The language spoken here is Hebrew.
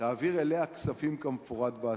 ותעביר אליה כספים כמפורט בהצעה.